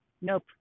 Nope